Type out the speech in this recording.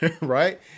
right